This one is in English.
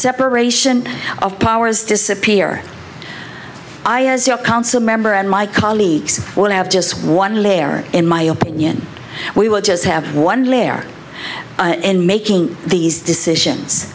separation of powers disappear i as your council member and my colleagues will have just one layer in my opinion we will just have one lair in making these decisions